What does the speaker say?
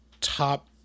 top